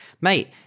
Mate